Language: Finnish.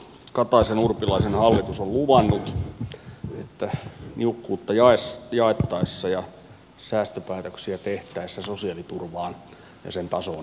kataisenurpilaisen hallitus on luvannut että niukkuutta jaettaessa ja säästöpäätöksiä tehtäessä sosiaaliturvaan ja sen tasoon ei puututa